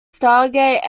stargate